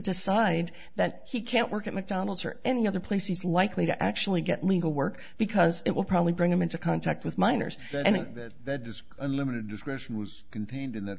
decide that he can't work at mcdonald's or any other place he's likely to actually get legal work because it will probably bring him into contact with minors and that that is unlimited discretion was contained in th